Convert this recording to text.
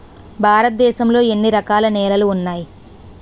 భారతదేశం లో ఎన్ని రకాల నేలలు ఉన్నాయి?